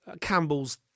Campbell's